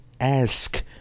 ask